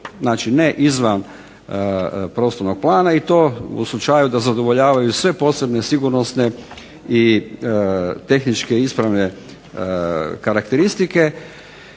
Znači, ne izvan prostornog plana i to u slučaju da zadovoljavaju sve posebne, sigurnosne i tehničke ispravne karakteristike.